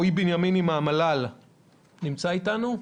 רועי בנימיני מהמל"ל נמצא אתנו?